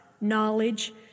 knowledge